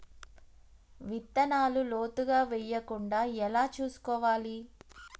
విత్తనాలు లోతుగా వెయ్యకుండా ఎలా చూసుకోవాలి?